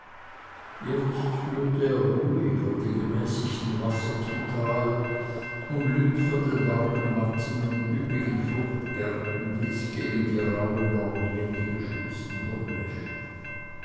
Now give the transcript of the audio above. jetzt führte er ruhiger die gemäßigten wasser zu tal umblüht von den warmen matten und üppigen fruchtgärten des gegen die rauhen nordwinde geschützten domleschg